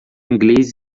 inglês